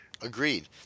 agreed